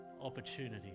opportunity